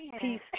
peace